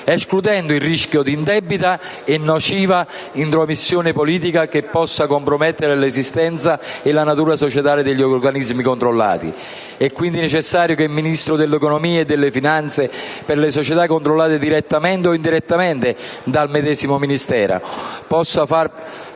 escludendo il rischio di indebita e nociva intromissione politica che possa compromettere l'esistenza e la natura societaria degli organismi controllati. È quindi necessario che il Ministro dell'economia e delle finanze per le società controllate direttamente o indirettamente dal medesimo Ministero possa fare